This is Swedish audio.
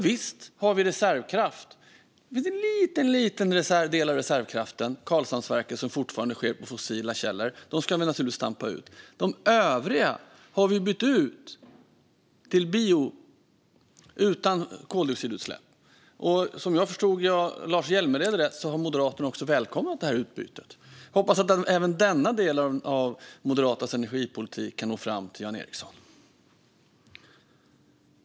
Visst har vi reservkraft, och det finns en liten, liten del av reservkraften - Karlshamnsverket - som fortfarande bygger på fossila källor. Det ska vi naturligtvis stampa ut. De övriga har vi bytt ut till bioenergi, utan koldioxidutsläpp. Om jag förstod Lars Hjälmered rätt har Moderaterna välkomnat det utbytet. Jag hoppas att även denna del av Moderaternas energipolitik kan nå fram till Jan Ericson.